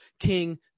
King